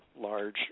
large